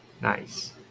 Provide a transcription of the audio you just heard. Nice